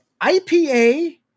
IPA